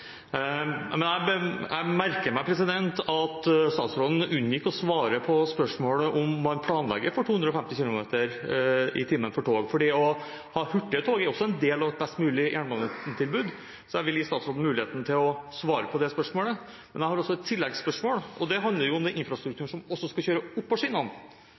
Men jeg merket meg at statsråden unngikk å svare på spørsmålet om hvorvidt man planlegger for 250 km/t for tog, for det å ha hurtige tog er også en del av et best mulig jernbanetilbud. Så jeg vil gi statsråden mulighet til å svare på det spørsmålet. Men jeg har et tilleggsspørsmål. Det handler om den infrastrukturen som skal kjøre på